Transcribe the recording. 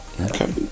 Okay